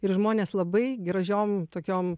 ir žmonės labai gražiom tokiom